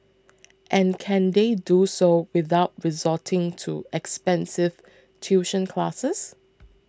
and can they do so without resorting to expensive tuition classes